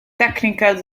technical